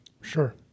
Sure